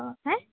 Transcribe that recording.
অঁ হেঁ